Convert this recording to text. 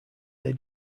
they